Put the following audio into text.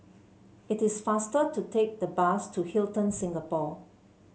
it is faster to take the bus to Hilton Singapore